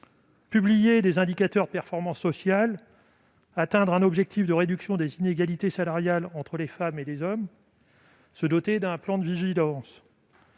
publier des indicateurs de performance sociale ; atteindre un objectif de réduction des inégalités salariales entre les femmes et les hommes ; se doter d'un plan de vigilance.